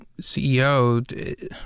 CEO